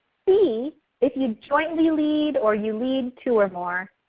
c if you jointly lead or you lead two or more.